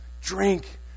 Drink